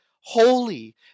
holy